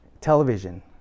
Television